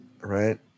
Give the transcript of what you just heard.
Right